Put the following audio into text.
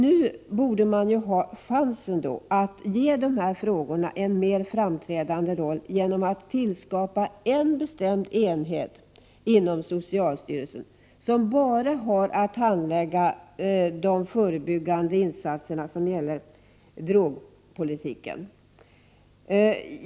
Nu borde man dock ha chansen att ge dessa frågor en mer framträdande roll genom att tillskapa en bestämd enhet inom socialstyrelsen, som uteslutande har till uppgift att handlägga de förebyggande insatserna inom drogpolitiken.